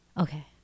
okay